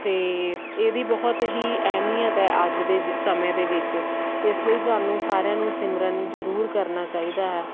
ਅਤੇ ਇਹਦੀ ਬਹੁਤ ਹੀ ਅਹਿਮੀਅਤ ਹੈ ਅੱਜ ਦੇ ਜੇ ਸਮੇਂ ਦੇ ਵਿੱਚ ਇਸ ਲਈ ਸਾਨੂੰ ਸਾਰਿਆਂ ਨੂੰ ਸਿਮਰਨ ਜ਼ਰੂਰ ਕਰਨਾ ਚਾਹੀਦਾ ਹੈ